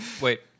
Wait